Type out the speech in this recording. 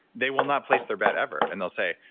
they will not place their bet ever. and they'll say,